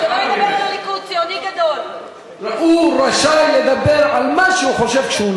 שלא נעלה חס וחלילה לרמה שלך,